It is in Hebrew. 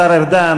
השר ארדן,